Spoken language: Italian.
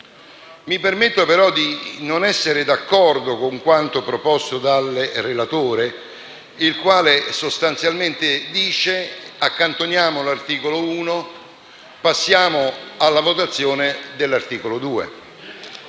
Mi permetto, però, di non essere d'accordo con quanto proposto dal relatore - il quale sostanzialmente propone di accantonare l'articolo 1 e di passare alla votazione dell'articolo 2